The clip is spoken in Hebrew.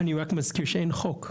אני רק מזכיר שאין חוק,